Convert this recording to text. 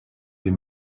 des